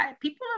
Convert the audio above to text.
People